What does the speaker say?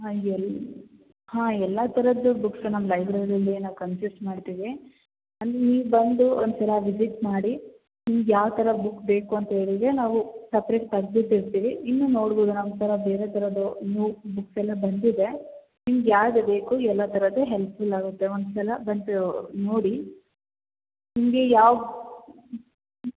ಹಾಂ ಎಲ್ಲ ಹಾಂ ಎಲ್ಲ ಥರದ್ದು ಬುಕ್ಸು ನಮ್ಮ ಲೈಬ್ರರಿಯಲ್ಲಿ ನಾವು ಕನ್ಸಿಸ್ಟ್ ಮಾಡ್ತೀವಿ ಅಲ್ಲಿ ನೀವು ಬಂದು ಒಂದ್ಸಲ ವಿಸಿಟ್ ಮಾಡಿ ನಿಮ್ಗೆ ಯಾವ ಥರ ಬುಕ್ ಬೇಕು ಅಂತೇಳಿದ್ರೆ ನಾವು ಸಪ್ರೇಟ್ ತೆಗ್ದಿಟ್ಟಿರ್ತೀವಿ ಇನ್ನು ನೋಡ್ಬೋದು ನಮ್ಮ ಥರ ಬೇರೆ ಥರದು ನೋಟ್ ಬುಕ್ಸ್ ಎಲ್ಲ ಬಂದಿದೆ ನಿಮ್ಗೆ ಯಾವ್ದು ಬೇಕು ಎಲ್ಲ ಥರದ್ದು ಹೆಲ್ಪ್ ಫುಲ್ ಆಗುತ್ತೆ ಒಂದು ಸಲ ಬಂದು ನೋಡಿ ನಿಮಗೆ ಯಾವ ಹ್ಞೂ ಹ್ಞೂ